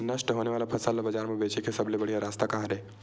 नष्ट होने वाला फसल ला बाजार मा बेचे के सबले बढ़िया रास्ता का हरे?